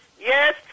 Yes